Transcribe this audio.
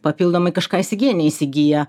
papildomai kažką įsigyja neįsigyja